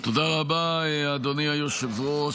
תודה רבה, אדוני היושב-ראש.